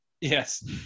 Yes